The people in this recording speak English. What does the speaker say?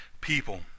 people